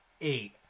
eight